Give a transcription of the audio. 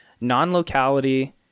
non-locality